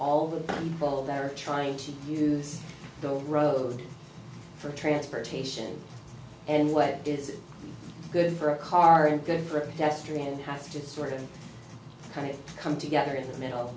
all the people that are trying to use the road for transportation and what is good for a car and good for yesterday and has just sort of kind of come together in the middle